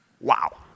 Wow